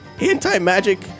anti-magic